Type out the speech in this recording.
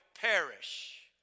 perish